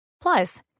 Plus